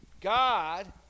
God